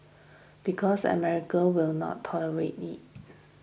because America will not tolerate it